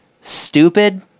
stupid